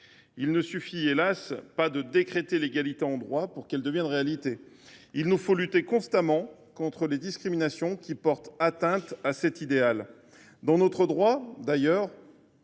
Il ne suffit pas, hélas ! de décréter l’égalité en droit pour qu’elle devienne réalité. Il nous faut lutter constamment contre les discriminations qui portent atteinte à cet idéal. Dans notre droit, du reste,